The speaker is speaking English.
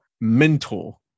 mentor